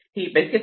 ही base case आहे